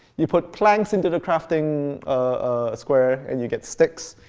you put planks into the crafting ah square, and you get sticks.